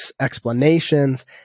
explanations